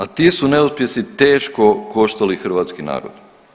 A ti su neuspjesi teško koštali hrvatski narod.